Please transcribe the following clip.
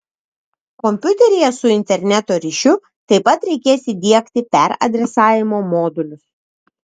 kompiuteryje su interneto ryšiu taip pat reikės įdiegti peradresavimo modulius